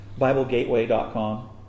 BibleGateway.com